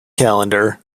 calendar